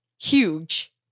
huge